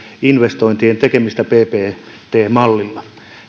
investointien tekemistä ppp mallilla